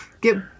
Get